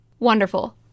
Wonderful